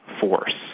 force